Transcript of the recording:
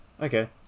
Okay